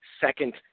second